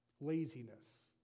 Laziness